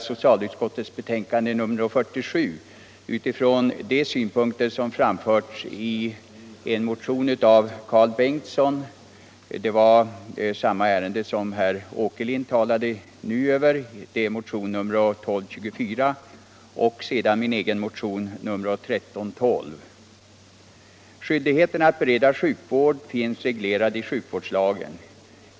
Skyldigheten att bereda sjukvård finns reglerad i sjukvårdslagen.